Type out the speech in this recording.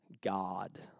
God